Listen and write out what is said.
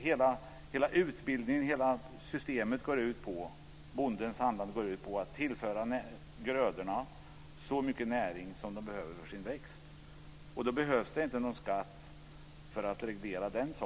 Hela utbildningen, hela systemet och bondens handlande går ut på att tillföra grödorna så mycket näring som de behöver för att växa. Och då behövs det inte någon skatt för att reglera detta.